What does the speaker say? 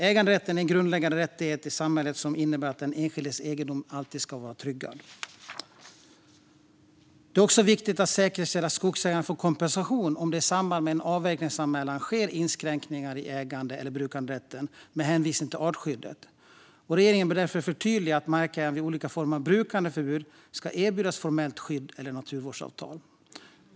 Äganderätten är en grundläggande rättighet i samhället som innebär att den enskildes egendom alltid ska vara tryggad. Det är också viktigt att säkerställa att skogsägare får kompensation om det i samband med en avverkningsanmälan sker inskränkningar i ägande eller brukanderätten med hänvisning till artskyddet. Regeringen bör därför förtydliga att markägaren vid olika former av brukandeförbud ska erbjudas formellt skydd eller naturvårdsavtal.